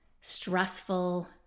stressful